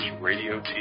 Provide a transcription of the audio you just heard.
Radio